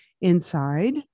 inside